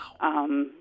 Wow